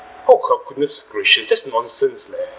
oh god goodness gracious just nonsense leh